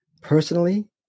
personally